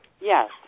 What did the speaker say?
Yes